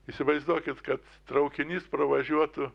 įsivaizduokit kad traukinys pravažiuotų